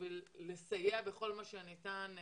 כדי לסייע בכל מה שניתן,